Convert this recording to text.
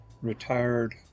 retired